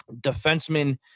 defenseman